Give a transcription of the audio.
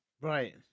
right